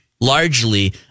largely